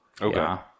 okay